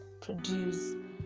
produce